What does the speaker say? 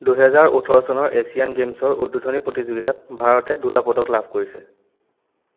দুহেজাৰ ওঠৰ চনৰ এছিয়ান গেমছৰ উদ্বোধনী প্ৰতিযোগিতাত ভাৰতে দুটা পদক লাভ কৰিছে